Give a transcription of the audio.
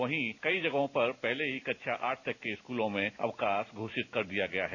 वहीं कई जगहों पर पहले ही कक्षा आठ तक के स्कूलों में अवकाश घोषित कर दिया गया है